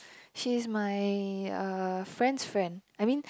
she is my uh friend's friend I mean